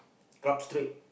Club-Street